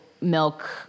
milk